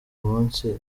munsi